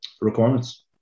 requirements